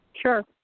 Sure